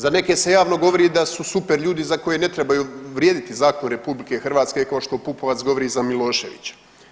Za neke se javno govori da su super ljudi za koje ne trebaju vrijediti zakoni RH kao što Pupovac govori za Miloševića.